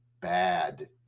bad